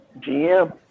GM